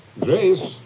Grace